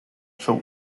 short